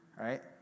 right